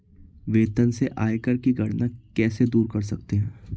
वेतन से आयकर की गणना कैसे दूर कर सकते है?